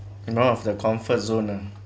and all of the comfort zone ah